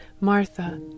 Martha